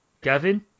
Gavin